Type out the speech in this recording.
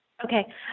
Okay